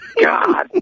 God